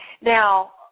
Now